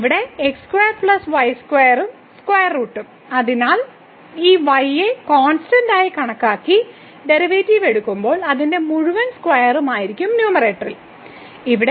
ഇവിടെ x2 y2 ഉം square റൂട്ടും അതിനാൽ ഈ y യെ കോൺസ്റ്റന്റ് ആയി കണക്കാക്കി ഡെറിവേറ്റീവ് എടുക്കുമ്പോൾ അതിന്റെ മുഴുവൻ സ്ക്വയറും ആയിരിക്കും ന്യൂമറേറ്ററിൽ